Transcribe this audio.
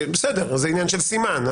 בסדר, זה עניין של סימן.